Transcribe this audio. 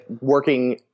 working